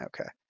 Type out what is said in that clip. Okay